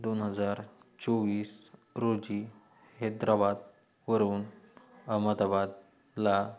दोन हजार चोवीस रोजी हैदराबादवरून अहमदाबादला